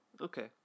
Okay